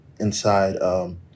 inside